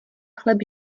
chléb